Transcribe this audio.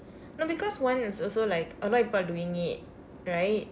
no because one is also like a lot of people are doing it right